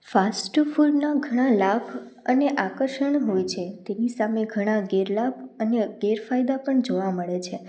ફાસ્ટફૂડના ઘણા લાભ અને આકર્ષણ હોય છે તેની સામે ઘણા ગેરલાભ અને ગેરફાયદા પણ જોવા મળે છે